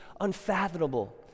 unfathomable